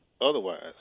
otherwise